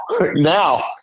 now